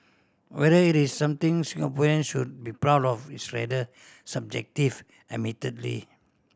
whether it is something Singaporean should be proud of is rather subjective admittedly